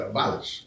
Abolish